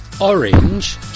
orange